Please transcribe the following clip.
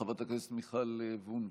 חברת הכנסת מיכל וונש,